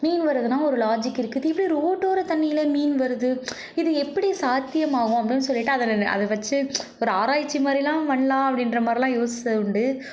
மீன் வரதுனால் ஒரு லாஜிக் இருக்குது இது இப்படி ரோட்டோர தண்ணியில் மீன் வருது இது எப்படி சாத்தியம் ஆகும் அப்படின்னு சொல்லிவிட்டு அதை அதை வச்சு ஒரு ஆராய்ச்சி மாதிரிலாம் பண்ணலாம் அப்படிகிற மாதிரிலாம் யோசித்தது உண்டு